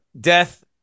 death